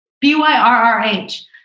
B-Y-R-R-H